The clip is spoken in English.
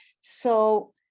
So-